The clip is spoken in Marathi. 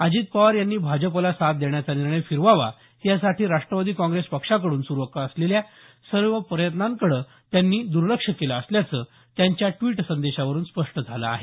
अजित पवार यांनी भाजपला साथ देण्याचा निर्णय फिरवावा यासाठी राष्ट्रवादी काँग्रेस पक्षाकडून सुरू असलेल्या सर्व प्रयत्नांकडे त्यांनी दुर्लक्ष केलं असल्याचं त्यांच्या ड्विट संदेशावरून स्पष्ट झालं आहे